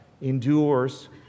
endures